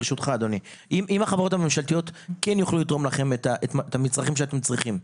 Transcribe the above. אם החברות הממשלתיות כן יוכלו לתרום לכם את המצרכים שאתם צריכים,